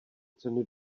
ceny